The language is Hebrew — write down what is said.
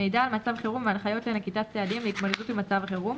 מידע על מצב חירום והנחיות לנקיטת צעדים להתמודדות עם מצב החירום,